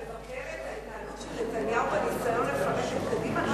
זה אומר שאתה מבקר את ההתנהלות של נתניהו בניסיון לפרק את קדימה?